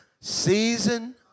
Season